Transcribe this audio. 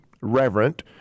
reverent